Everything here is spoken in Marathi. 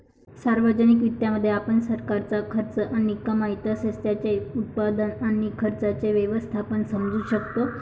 सार्वजनिक वित्तामध्ये, आपण सरकारचा खर्च आणि कमाई तसेच त्याचे उत्पन्न आणि खर्चाचे व्यवस्थापन समजू शकतो